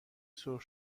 سرخ